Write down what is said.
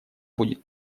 будет